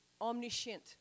omniscient